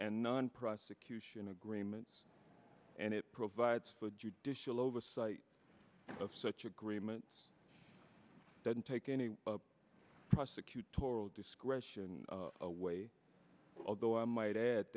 and non prosecution agreements and it provides for judicial oversight of such agreements doesn't take any prosecutorial discretion away although i might add